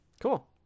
Cool